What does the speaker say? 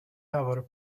navarre